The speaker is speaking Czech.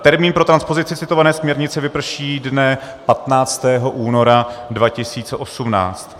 Termín pro transpozici citované směrnice vyprší dne 15. února 2018.